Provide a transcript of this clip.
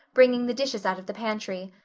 bringing the dishes out of the pantry.